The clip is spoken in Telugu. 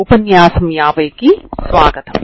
ఉపన్యాసం 51 కి స్వాగతం